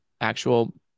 actual